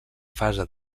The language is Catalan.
fase